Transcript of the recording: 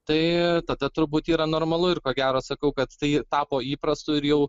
tai tada turbūt yra normalu ir ko gero sakau kad tai tapo įprastu ir jau